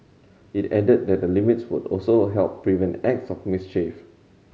it added that the limits would also help prevent acts of mischief